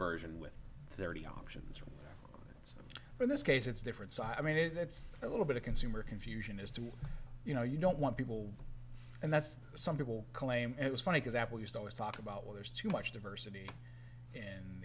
version with thirty options for this case it's different so i mean it's a little bit of consumer confusion as to you know you don't want people and that's some people claim it was funny because apple used to always talk about well there's too much diversity